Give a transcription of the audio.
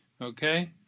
okay